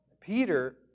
Peter